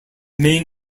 main